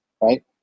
right